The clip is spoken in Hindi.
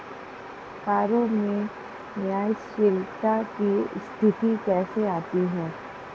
करों में न्यायशीलता की स्थिति कैसे आती है?